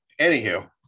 anywho